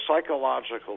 psychological